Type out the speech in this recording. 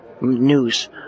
news